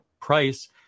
price